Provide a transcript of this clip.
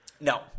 No